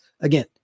Again